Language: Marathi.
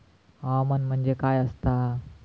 हवामान म्हणजे काय असता?